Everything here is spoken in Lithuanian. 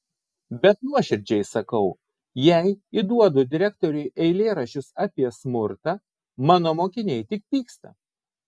bet nuoširdžiai sakau jei įduodu direktoriui eilėraščius apie smurtą mano mokiniai tik pyksta